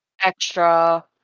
extra